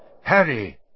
Harry